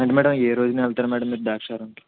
అంటే మేడం ఏ రోజున వెళ్తారు మేడం మీరు ద్రాక్షారామంకి